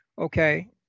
Okay